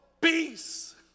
Peace